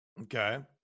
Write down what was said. Okay